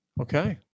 Okay